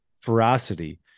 ferocity